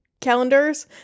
calendars